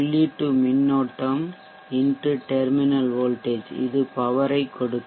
உள்ளீட்டு மின்னோட்டம் X terminal voltage இது பவர் ஐ கொடுக்கும்